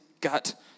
gut